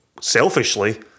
selfishly